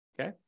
Okay